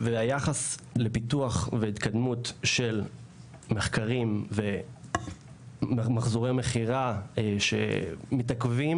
והיחס לפיתוח והתקדמות של מחקרים ומחזורי מכירה שמתעכבים